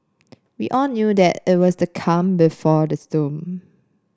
we all knew that it was the calm before the storm